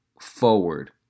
forward